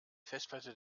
festplatte